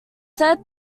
said